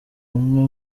umwe